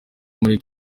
muri